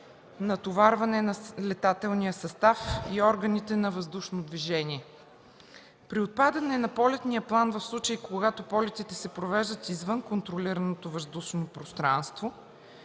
натоварване на летателния състав и органите на въздушното движение. При отпадане на полетния план, в случаи когато полетите се провеждат извън контролираното въздушно пространство